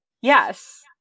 yes